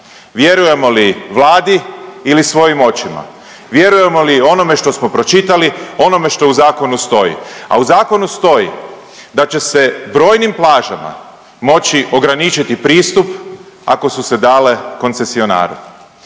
vjerujemo li Vladi ili svojim očima, vjerujemo li onome što smo pročitali, onome što u zakonu stoji, a u zakonu stoji da će se brojnim plažama moći ograničiti pristup ako su se dale koncesionaru